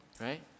right